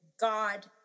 God